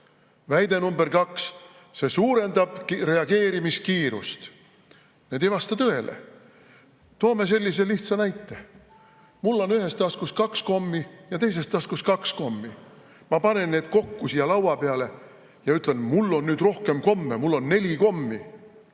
Väide number kaks: see suurendab reageerimiskiirust. Need ei vasta tõele. Toome sellise lihtsa näite. Mul on ühes taskus kaks kommi ja teises taskus kaks kommi. Ma panen need kokku siia laua peale ja ütlen, et mul on nüüd rohkem komme, mul on neli kommi.